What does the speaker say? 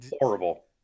horrible